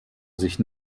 sich